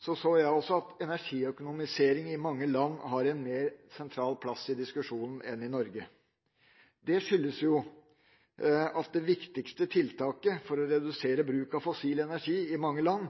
så jeg at energiøkonomisering i mange land har en mer sentral plass i diskusjonen enn i Norge. Det skyldes at det viktigste tiltaket for å redusere bruk av fossil energi i mange land